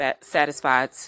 satisfied